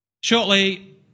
Shortly